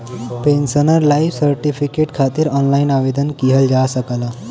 pensioner life certificate खातिर online आवेदन किहल जा सकला